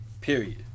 Period